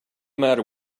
matter